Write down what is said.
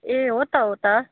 ए हो त हो त